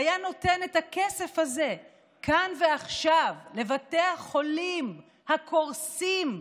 והיה נותן את הכסף הזה כאן ועכשיו לבתי החולים הקורסים,